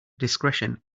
discretion